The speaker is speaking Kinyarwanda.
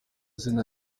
zina